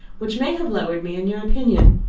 which may have lowered me in your opinion.